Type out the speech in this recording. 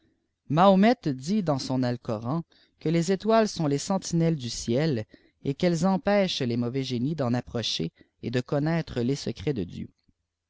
mahomet dit dans son âlcoran que les étoiles sont les sentinelles du ciel et qu'elles empêchent les mauvais génies d'en approcher et de connaître les secrets de dieu